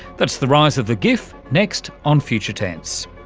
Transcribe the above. that's the rise of the gif, next on future tense.